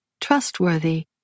Trustworthy